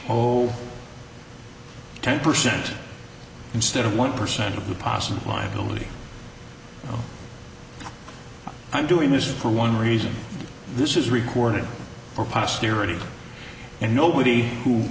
whole ten percent instead of one percent of the possible liability i'm doing this for one reason this is recorded for posterity and nobody who